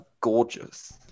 gorgeous